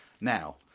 now